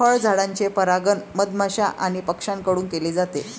फळझाडांचे परागण मधमाश्या आणि पक्ष्यांकडून केले जाते